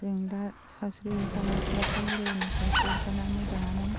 जों दा सावस्रि बिफाना बाक्सा जिल्लानि सावस्रि बिफाना मोजाङानो